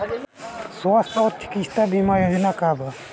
स्वस्थ और चिकित्सा बीमा योजना का बा?